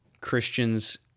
Christians